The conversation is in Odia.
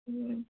ହୁଁ